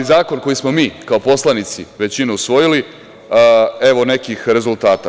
Zakon koji smo mi kao poslanici većine usvojili, evo nekih rezultata.